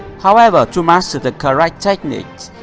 however, to master the correct techniques,